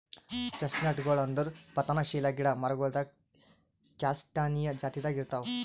ಚೆಸ್ಟ್ನಟ್ಗೊಳ್ ಅಂದುರ್ ಪತನಶೀಲ ಗಿಡ ಮರಗೊಳ್ದಾಗ್ ಕ್ಯಾಸ್ಟಾನಿಯಾ ಜಾತಿದಾಗ್ ಇರ್ತಾವ್